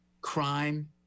crime